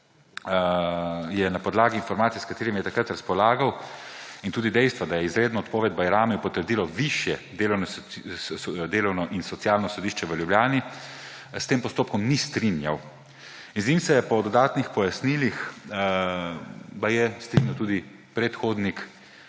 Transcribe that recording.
se na podlagi informacij, s katerimi je takrat razpolagal, in tudi dejstva, da je izredna odpoved Bajramiju potrdilo Višje delovno in socialno sodišče v Ljubljani, s tem postopkom ni strinjal. Z njim se je po dodatnih pojasnilih baje strinjal tudi predhodnik